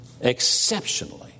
Exceptionally